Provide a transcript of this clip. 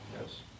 Yes